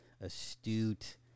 astute